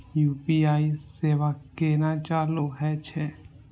UPI सेवा केना चालू है छै?